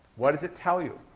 what does it tell you?